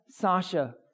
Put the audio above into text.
Sasha